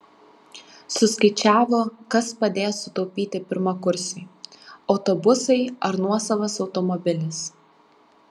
suskaičiavo kas padės sutaupyti pirmakursiui autobusai ar nuosavas automobilis